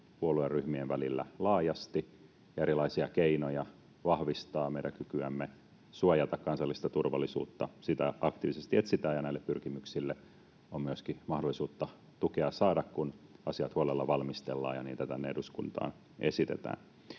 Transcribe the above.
puolueryhmien välillä laajasti ja erilaisia keinoja vahvistaa meidän kykyämme suojata kansallista turvallisuutta aktiivisesti etsitään ja näille pyrkimyksille on myöskin mahdollisuus tukea saada, kun asiat huolella valmistellaan ja niitä tänne eduskuntaan esitetään.